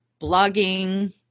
blogging